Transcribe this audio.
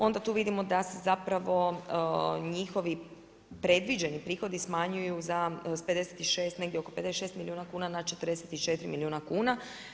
Onda tu vidimo da se zapravo njihovi predviđeni prihodi smanjuju za, negdje oko 56 milijuna kuna na 44 milijuna kuna.